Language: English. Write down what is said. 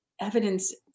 evidence